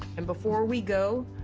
and before we go,